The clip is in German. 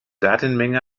datenmenge